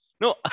No